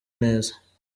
neza